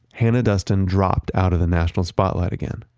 hannah duston dropped out of the national spotlight again.